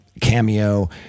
cameo